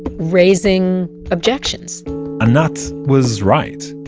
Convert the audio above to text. raising objections anat was right.